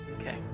Okay